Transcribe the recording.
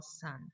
Son